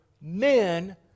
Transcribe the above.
men